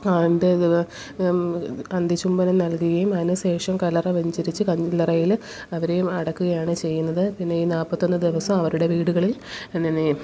ആ അന്ത്യചുംബനം നൽകുകയും അതിനുശേഷം കല്ലറ വെഞ്ചരിച്ച് കല്ലറയില് അവരെയും അടക്കുകയാണ് ചെയ്യുന്നത് പിന്നെ ഈ നാല്പത്തിയൊന്ന് ദിവസം അവരുടെ വീടുകളിൽ നിന്ന്